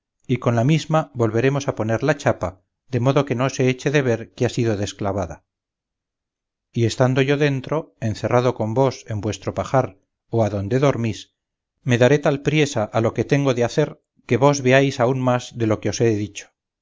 y con la misma volveremos a poner la chapa de modo que no se eche de ver que ha sido desclavada y estando yo dentro encerrado con vos en vuestro pajar o adonde dormís me daré tal priesa a lo que tengo de hacer que vos veáis aun más de lo que os he dicho